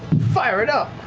fire it up!